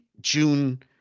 june